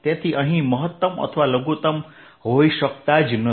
તેથી અહી મહત્તમ અથવા લઘુત્તમ હોઈ શકતા નથી